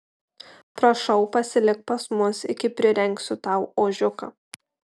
prašau pasilik pas mus iki prirengsiu tau ožiuką